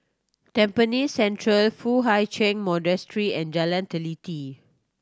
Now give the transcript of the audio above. Tampines Central Foo Hai Ch'an Monastery and Jalan Teliti